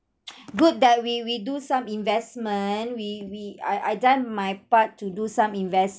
good that we we do some investment we we I I done my part to do some investment